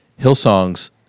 Hillsong's